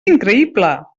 increïble